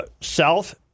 South